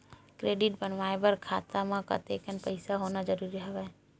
Credit बनवाय बर खाता म कतेकन पईसा होना जरूरी हवय?